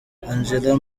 angela